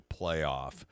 playoff